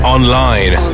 Online